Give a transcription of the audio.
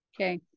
Okay